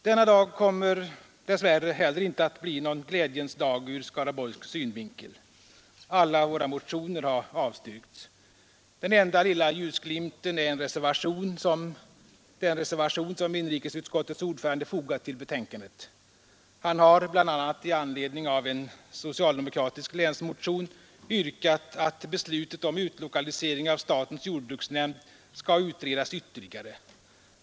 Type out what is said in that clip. Denna dag kommer dess värre heller inte att bli någon glädjens dag ur skaraborgsk synvinkel. Alla våra motioner har avstyrkts. Den enda lilla ljusglimten är den reservation som inrikesutskottets ordförande fogat till betänkandet. Han har — bl.a. i anledning av en socialdemorkatisk länsmotion — yrkat att beslutet om utlokalisering av statens jordbruksnämnd skall utredas ytterligare.